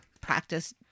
practice